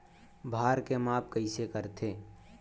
भार के माप कइसे करथे?